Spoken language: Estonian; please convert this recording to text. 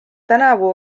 tänavu